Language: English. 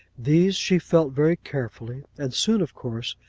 these she felt very carefully, and soon, of course,